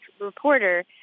reporter